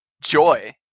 joy